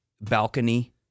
balcony